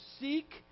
seek